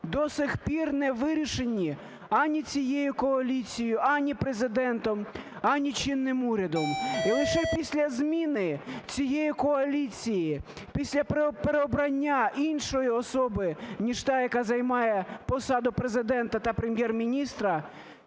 до сих пір не вирішені ані цією коаліцією, ані Президентом, ані чинним урядом. І лише після зміни цієї коаліції, після переобрання іншої особи ніж та, яка займає посаду Президента та Прем'єр-міністра,